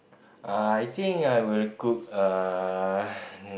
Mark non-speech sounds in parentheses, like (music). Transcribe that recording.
uh I think I will cook uh (breath)